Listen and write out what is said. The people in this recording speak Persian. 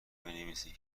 بنویسید